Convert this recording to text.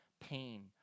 pain